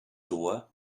door